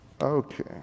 Okay